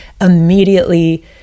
immediately